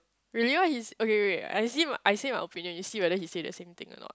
really what his okay wait I se~ I say my opinion you see whether he say the same or not